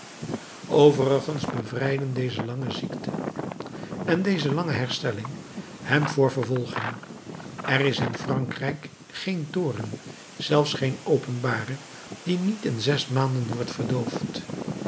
overigens bevrijdden deze lange ziekte en deze lange herstelling hem voor vervolging er is in frankrijk geen toorn zelfs geen openbare die niet in zes maanden wordt verdoofd